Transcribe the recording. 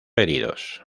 heridos